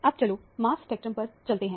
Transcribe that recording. अब चलो mass spectrum पर चलते हैं